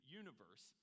universe